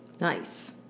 Nice